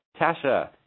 Tasha